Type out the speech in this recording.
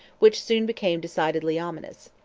which soon became decidedly ominous.